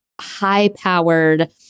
high-powered